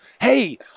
Hey